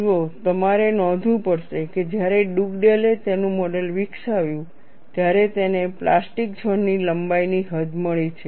જુઓ તમારે નોંધવું પડશે કે જ્યારે ડુગડેલે તેનું મોડેલ વિકસાવ્યું ત્યારે તેને પ્લાસ્ટિક ઝોન ની લંબાઈની હદ મળી છે